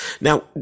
Now